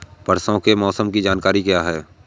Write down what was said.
परसों के मौसम की जानकारी क्या है?